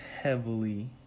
heavily